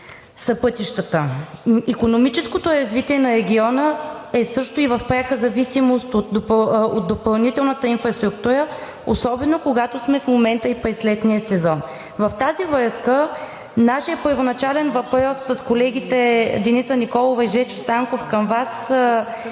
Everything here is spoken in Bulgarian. пътищата. Икономическото развитие на региона също е и в пряка зависимост от допълнителната инфраструктура, особено когато сме в летния сезон в момента. В тази връзка нашият първоначален въпрос с колегите Деница Николова и Жечо Станков към Вас